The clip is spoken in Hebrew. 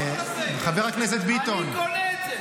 כן, מה שהוא אומר.